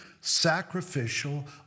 sacrificial